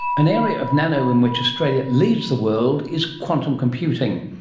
an area of nano in which australia leads the world is quantum computing,